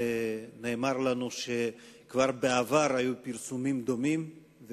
נאמר לנו שכבר בעבר היו פרסומים דומים,